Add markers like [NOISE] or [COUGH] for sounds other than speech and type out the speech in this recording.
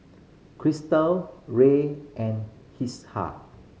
Cristal Ray and [UNINTELLIGIBLE]